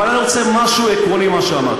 אבל אני רוצה, משהו עקרוני, על מה שאמרת.